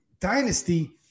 dynasty